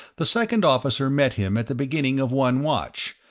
the second officer met him at the beginning of one watch,